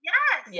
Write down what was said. Yes